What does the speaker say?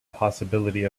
possibility